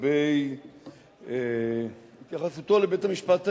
לגבי התייחסותו לבית-המשפט העליון.